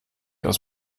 aus